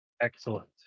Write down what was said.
Excellent